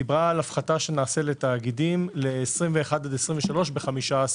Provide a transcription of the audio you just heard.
דברה על הפחתה שנעשה לתאגידים ל-2021 עד 2023 ב-15%.